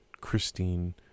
Christine